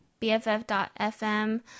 BFF.FM